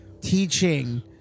Teaching